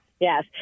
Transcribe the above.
Yes